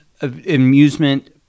amusement